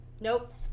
Nope